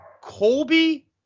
Colby